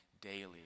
daily